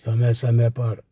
समय समय पर